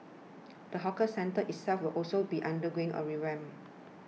the hawker centre itself will also be undergoing a revamp